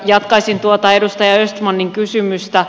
jatkaisin tuota edustaja östmanin kysymystä